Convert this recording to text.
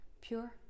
pure